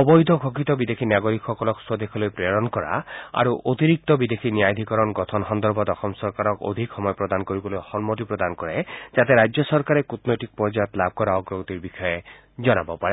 অবৈধ ঘোষিত বিদেশী নাগৰিকসকলক স্বদেশলৈ প্ৰেৰণ কৰা আৰু অতিৰিক্ত বিদেশী ন্যায়াধিকৰণ গঠন সন্দৰ্ভত অসম চৰকাৰক অধিক সময় প্ৰদান কৰিবলৈ সন্মতি প্ৰদান কৰে যাতে ৰাজ্য চৰকাৰে কূটনৈতিক পৰ্যায়ত লাভ কৰা অগ্ৰগতিৰ বিষয়ে জনাব পাৰে